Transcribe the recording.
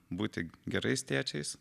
būti gerais tėčiais